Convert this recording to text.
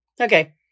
Okay